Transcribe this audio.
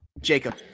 Jacob